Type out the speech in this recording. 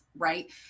right